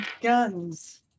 Guns